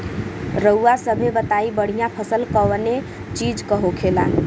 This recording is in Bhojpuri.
रउआ सभे बताई बढ़ियां फसल कवने चीज़क होखेला?